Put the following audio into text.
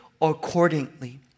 accordingly